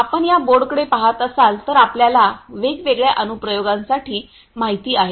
आपण या बोर्डकडे पहात असाल तर आपल्याला वेगवेगळ्या अनुप्रयोगांसाठी माहिती आहे